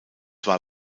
war